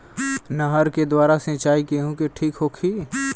नहर के द्वारा सिंचाई गेहूँ के ठीक होखि?